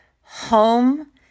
home